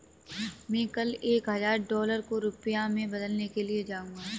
मैं कल एक हजार डॉलर को रुपया में बदलने के लिए जाऊंगा